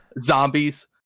zombies